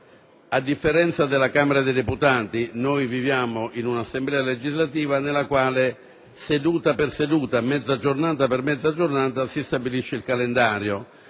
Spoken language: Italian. A differenza della Camera dei deputati, infatti, facciamo parte di un'Assemblea legislativa nella quale, seduta per seduta, mezza giornata per mezza giornata, si stabilisce il calendario